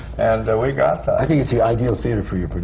and we got that. i think it's the ideal theatre for you.